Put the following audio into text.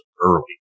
early